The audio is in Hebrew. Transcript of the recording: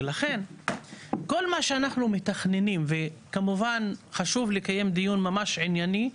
ולכן כל מה שאנחנו מתכננים וכמובן חשוב לקיים דיון ממש ענייני ורציני,